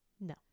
no